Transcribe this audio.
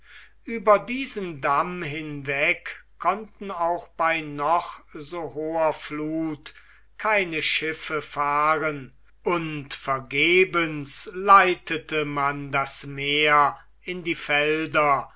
ueber diesen damm hinweg konnten auch bei noch so hoher fluth keine schiffe fahren und vergebens leitete man das meer in die felder